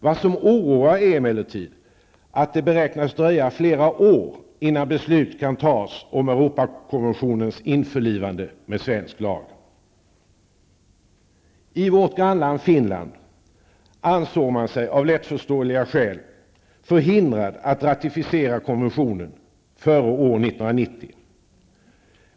Vad som oroar är emellertid att det beräknas dröja flera år innan beslut kan tas om Europakonventionens införlivande med svensk lag. I vårt grannland, Finland, ansåg man sig av lättförståeliga skäl förhindrad att ratificera konventionen före år 1990.